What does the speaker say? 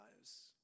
lives